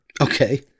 Okay